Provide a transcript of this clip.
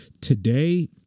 today